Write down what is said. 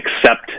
accept